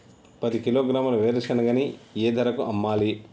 పది కిలోగ్రాముల వేరుశనగని ఏ ధరకు అమ్మాలి?